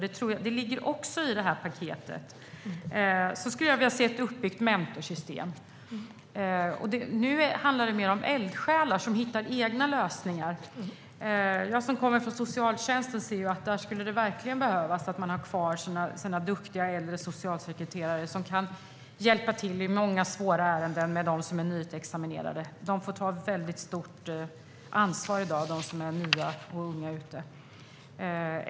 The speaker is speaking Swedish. Jag skulle också vilja se ett uppbyggt mentorssystem. Nu handlar det mer om eldsjälar som hittar egna lösningar. Jag som kommer från socialtjänsten ser ju att det verkligen skulle behövas att man där har kvar äldre, duktiga socialsekreterare som kan hjälpa till i svåra ärenden. De som är nyutexaminerade och unga får i dag ta ett väldigt stort ansvar.